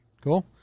Cool